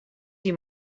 you